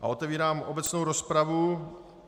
Otevírám obecnou rozpravu.